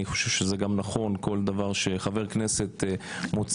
אני חושב שזה גם נכון כל דבר שחבר כנסת מוציא,